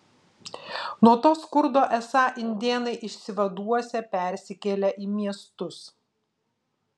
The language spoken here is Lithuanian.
nuo to skurdo esą indėnai išsivaduosią persikėlę į miestus